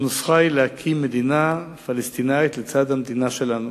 והנוסחה היא להקים מדינה פלסטינית לצד המדינה שלנו